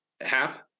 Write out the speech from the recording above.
half